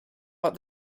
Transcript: what